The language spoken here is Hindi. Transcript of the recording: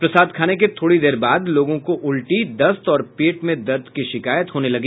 प्रसाद खाने के थोड़ी देर बाद लोगों को उलटी दस्त और पेट में दर्द की शिकायत होने लगी